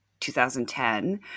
2010